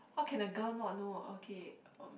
how can a girl not know okay uh